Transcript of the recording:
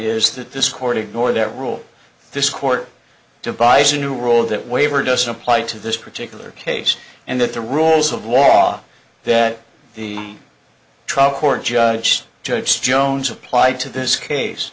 is that this court ignore their rule this court devise a new role that waiver doesn't apply to this particular case and that the rules of war off that the trial court judge judge jones applied to this case